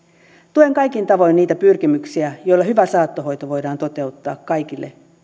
tuen kaikin tavoin niitä pyrkimyksiä joilla hyvä saattohoito voidaan toteuttaa kaikille